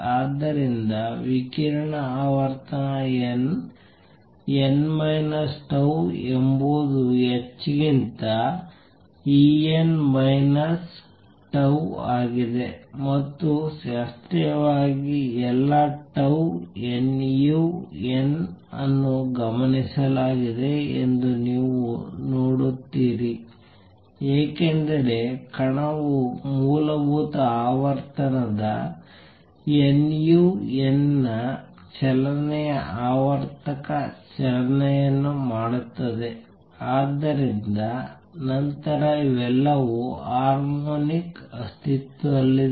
ಆದ್ದರಿಂದ ವಿಕಿರಣ ಆವರ್ತನ n n ಮೈನಸ್ ಟೌ ಎಂಬುದು h ಗಿಂತ E n minus E n minus tau ಆಗಿದೆ ಮತ್ತು ಶಾಸ್ತ್ರೀಯವಾಗಿ ಎಲ್ಲಾ ಟೌ nu n ಅನ್ನು ಗಮನಿಸಲಾಗಿದೆ ಎಂದು ನೀವು ನೋಡುತ್ತೀರಿ ಏಕೆಂದರೆ ಕಣವು ಮೂಲಭೂತ ಆವರ್ತನದ nu n ನ ಚಲನೆಯ ಆವರ್ತಕ ಚಲನೆಯನ್ನು ಮಾಡುತ್ತದೆ ಆದರೆ ನಂತರ ಇವೆಲ್ಲವೂ ಹಾರ್ಮೋನಿಕ್ಸ್ ಅಸ್ತಿತ್ವದಲ್ಲಿದೆ